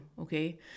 okay